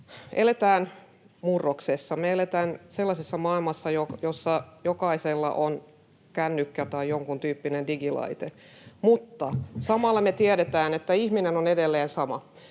me eletään sellaisessa maailmassa, jossa jokaisella on kännykkä tai jonkun tyyppinen digilaite. Mutta samalla me tiedämme, että ihminen on edelleen sama.